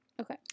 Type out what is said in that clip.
Okay